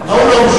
ההוא לא משלם.